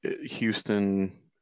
houston